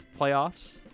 playoffs